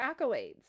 accolades